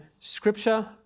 Scripture